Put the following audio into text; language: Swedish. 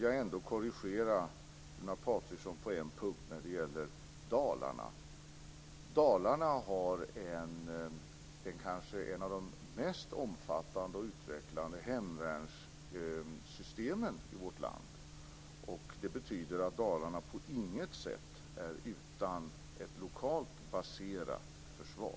Jag vill korrigera Runar Patriksson när det gäller Dalarna. Dalarna har ett av de mest omfattande och utvecklade hemvärnssystemen i vårt land. Det betyder att Dalarna på intet sätt är utan ett lokalt baserat försvar.